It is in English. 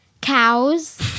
cows